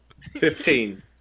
Fifteen